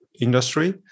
industry